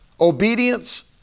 obedience